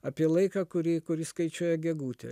apie laiką kurį kurį skaičiuoja gegutė